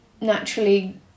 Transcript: naturally